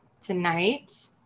tonight